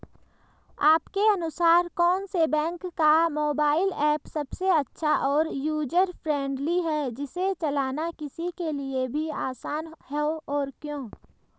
आपके अनुसार कौन से बैंक का मोबाइल ऐप सबसे अच्छा और यूजर फ्रेंडली है जिसे चलाना किसी के लिए भी आसान हो और क्यों?